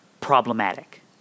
problematic